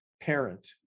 parent